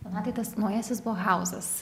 na ai tas naujasis bohauzas